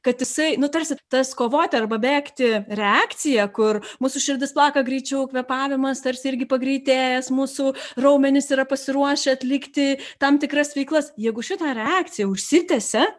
kad jisai nu tarsi tas kovoti arba bėgti reakcija kur mūsų širdis plaka greičiau kvėpavimas tarsi irgi pagreitėjęs mūsų raumenys yra pasiruošę atlikti tam tikras veiklas jeigu šita reakcija užsitęsia